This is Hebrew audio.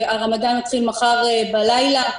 הרמדאן מתחיל מחר בלילה.